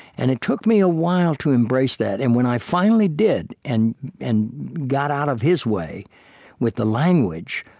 and it took me a while to embrace that. and when i finally did and and got out of his way with the language,